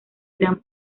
gran